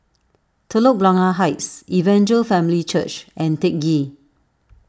Telok Blangah Heights Evangel Family Church and Teck Ghee